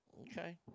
Okay